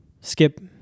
Skip